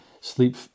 sleep